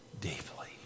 deeply